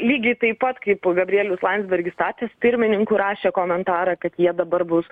lygiai taip pat kaip gabrielius landsbergis tapęs pirmininku rašė komentarą kad jie dabar bus